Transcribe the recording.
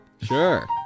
Sure